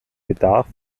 bedarf